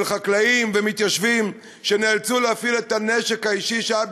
מצד חקלאים ומתיישבים שנאלצו להפעיל את הנשק האישי שהיה